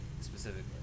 specifically